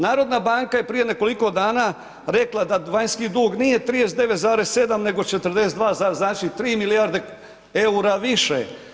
Narodna banka je prije nekoliko dana rekla da vanjski dug nije 39,7, nego 42, znači 3 milijarde eura više.